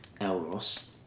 Elros